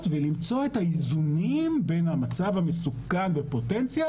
ולמצוא את האיזונים בין המצב המסוכן בפוטנציה,